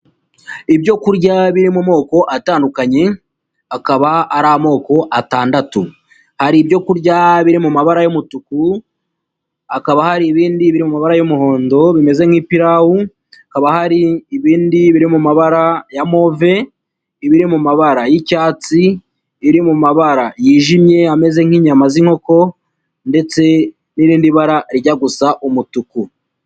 Ibyo kurya biri mu moko atandukanye, akaba ari amoko atandatu. Hari ibyo kurya biri mu mabara y'umutuku, hakaba hari ibindi biri mu mabara y'umuhondo bimeze nk'ipirawu, hakaba hari ibindi biri mu mabara ya move, ibiri mu mabara y'icyatsi, ibiri mu mabara yijimye ameze nk'inyama z'inkoko, ndetse n'irindi bara rijya gusa umutuku.